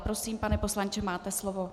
Prosím, pane poslanče, máte slovo.